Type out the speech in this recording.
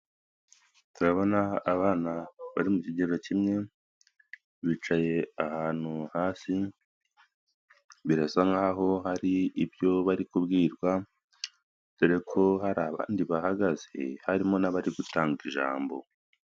Turabona abana bari mu kigero kimwe, bicaye ahantu hasi, birasa nkaho hari ibyo bari kubwirwa, dore ko hari abandi bahagaze, harimo n'abari gutanga ijambo.